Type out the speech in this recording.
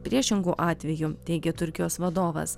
priešingu atveju teigė turkijos vadovas